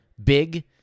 big